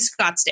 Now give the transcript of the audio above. Scottsdale